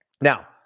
Now